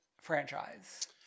franchise